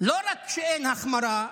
לא רק שאין החמרה,